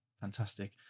fantastic